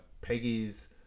Peggy's